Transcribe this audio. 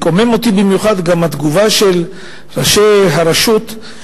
קוממה אותי במיוחד התגובה של ראשי הרשות,